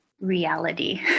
reality